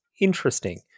interesting